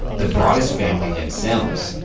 the broaddus family themselves.